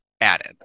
Added